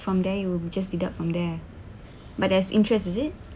from there it will just deduct from there but there's interest is it